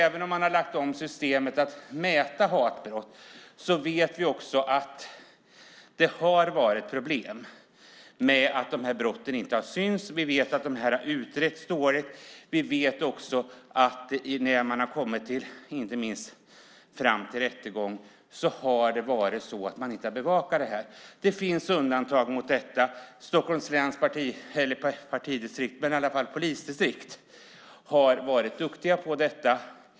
Även om man har lagt om systemet för att mäta hatbrott vet vi att det har varit problem med att dessa brott inte har synts. Vi vet att de har utretts dåligt. Inte minst när det har kommit till rättegång har man inte bevakat detta. Det finns undantag. Stockholms läns polisdistrikt har varit duktiga på detta.